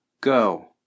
Go